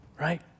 right